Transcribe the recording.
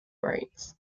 brains